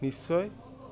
নিশ্চয়